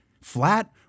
flat